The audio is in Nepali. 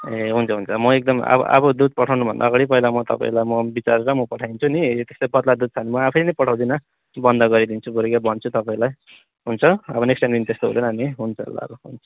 ए हुन्छ हुन्छ म एकदम अब अब दुध पठाउनुभन्दा अगाडि पहिला म तपाईँलाई म विचारेर म पठाइदिन्छु नि यदि त्यस्तै पातलो दुध छ भने म आफै नै पठाउदिनँ कि बन्द गरिदिन्छु बरू या भन्छु तपाईँलाई हुन्छ अब नेक्स्ट टाइमदेखि त्यस्तो हुँदैन नि हुन्छ ल ल ल हुन्छ